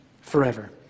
forever